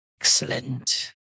Excellent